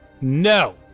No